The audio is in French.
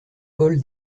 paul